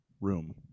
room